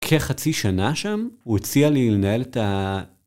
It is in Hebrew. כחצי שנה שם הוא הציע לי לנהל את ה...